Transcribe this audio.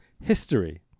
History